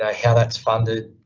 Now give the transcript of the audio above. ah how that's funded.